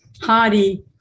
hardy